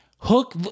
Hook